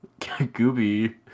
Gooby